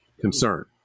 concern